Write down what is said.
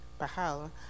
Bahal